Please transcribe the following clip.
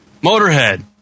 Motorhead